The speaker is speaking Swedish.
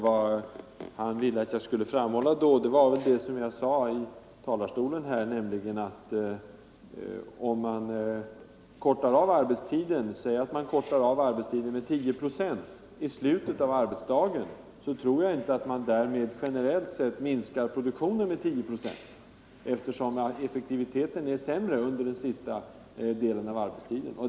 Vad han ville att jag då skulle framhålla var väl vad jag tidigare sade i talarstolen här, nämligen att om man avkortar arbetstiden — säg med 10 procent i slutet av arbetsdagen — tror jag inte att man därmed generellt sett minskar produktionen med 10 procent, eftersom effektiviteten är sämre under den sista delen av arbetstiden.